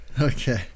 okay